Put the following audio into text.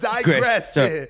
digressed